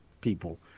people